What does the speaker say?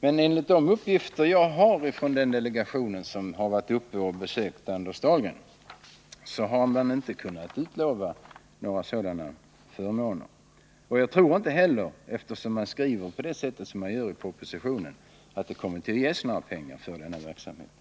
Men enligt de uppgifter jag har fått från den delegation som har besökt Anders Dahlgren har några sådana förmåner inte kunnat utlovas. Jag tror inte heller — eftersom man skrivit på det sätt som man gjort i propositionen — att några pengar kommer att ges till den verksamheten.